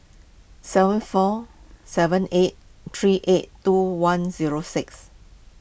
seven four seven eight three eight two one zero six